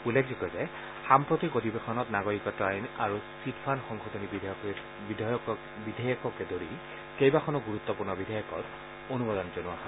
উল্লেখষোগ্য যে সাম্প্ৰতিক অধিৱেশনত নাগৰিকত্ আইন আৰু চিট ফাণ্ড সংশোধনী বিধেয়ককে ধৰি কেইবাখনো গুৰুত্বপূৰ্ণ বিধেয়কত অনুমোদন জনোৱা হয়